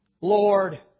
Lord